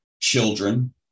children